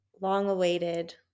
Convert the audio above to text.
long-awaited